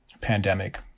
pandemic